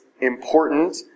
important